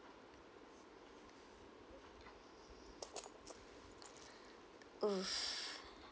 !oof!